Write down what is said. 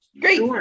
Great